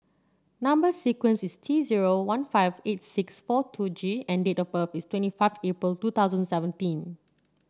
number sequence is T zero one five eight six four two G and date of birth is twenty five April two thousand seventeen